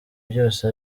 byose